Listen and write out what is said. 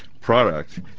product